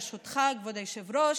ברשותך כבוד היושב-ראש: